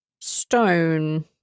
stone